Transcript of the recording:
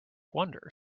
wonders